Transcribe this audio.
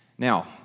Now